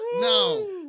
No